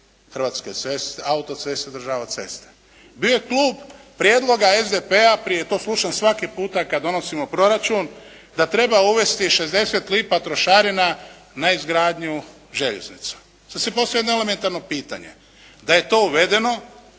hrvatske auto-ceste i održavati ceste. Bio je klub prijedloga SDP-a prije i to slušam svaki puta kad donosimo proračun da treba uvesti 60 lipa trošarina na izgradnju željeznica. Sad se postavlja jedno elementarno pitanje. Da je to uvedeno